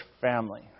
family